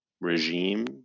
regime